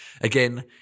Again